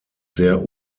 sehr